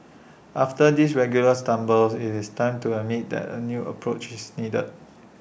after these regular stumbles IT is time to admit that A new approach is needed